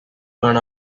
fun